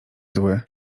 zły